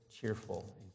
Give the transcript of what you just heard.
cheerful